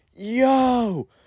Yo